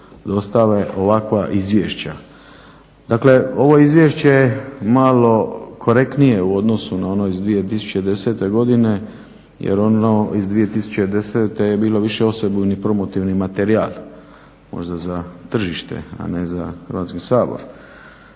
dostave ovakva izvješća. Dakle, ovo izvješće je malo korektnije u odnosu na ono iz 2010. godine jer ono iz 2010. je bilo više osebujni promotivni materijal, možda za tržište, a ne za Hrvatski sabor.